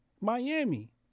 Miami